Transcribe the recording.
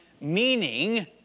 meaning